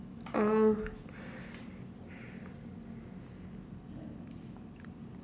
um